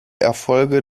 erfolge